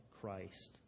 Christ